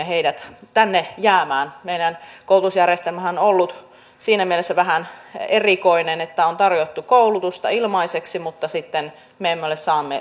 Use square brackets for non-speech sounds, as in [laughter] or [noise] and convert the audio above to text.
[unintelligible] heidät tänne jäämään meidän koulutusjärjestelmämmehän on ollut siinä mielessä vähän erikoinen että on tarjottu koulutusta ilmaiseksi mutta sitten me emme ole